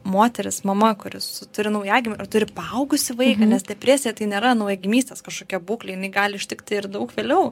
moteris mama kuris turi naujagimį ar turi paaugusį vaiką nes depresija tai nėra naujagimystės kažkokia būklė gali ištikti ir daug vėliau